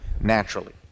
naturally